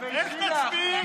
ואיך תצביעי?